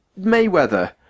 Mayweather